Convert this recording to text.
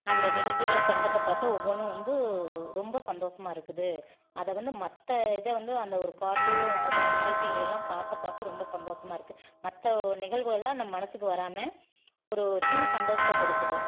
அந்த நிகழ்ச்சியில் பண்ணுறத பார்த்தா ஒவ்வொன்னும் வந்து ரொம்ப சந்தோசமாக இருக்குது அதை வந்து மற்ற இதை வந்து அந்த ஒரு பாட்டு அந்த நிகழ்ச்சிகளேலாம் பார்க்க பார்க்க ரொம்ப சந்தோசமாக இருக்குது மற்ற நிகழ்வுகளாம் நம்ம மனசுக்கு வராமல் ஒரு சின்ன சந்தோசத்தை கொடுக்குது